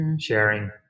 sharing